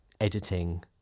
editing